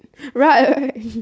right right